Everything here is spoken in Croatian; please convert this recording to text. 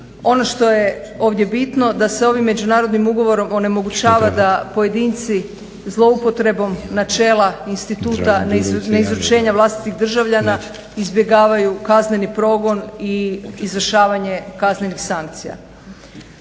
Ono što je ovdje bitno da se ovim Međunarodnim ugovorom onemogućava da pojedinci zloupotrebom načela instituta neizručenja vlastitih državljana izbjegavaju kazneni progon i izvršavanje kaznenih sankcija.